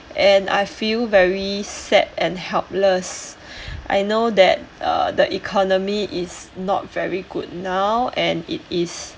and I feel very sad and helpless I know that uh the economy is not very good now and it is